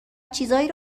چیزایی